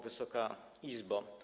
Wysoka Izbo!